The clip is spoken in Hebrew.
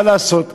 מה לעשות,